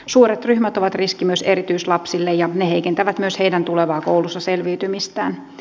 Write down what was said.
suuret ryhmät ovat riski myös erityislapsille ja heikentävät myös heidän tulevaa koulussa selviytymistään